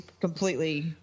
completely